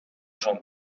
són